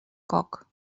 coc